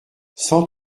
cent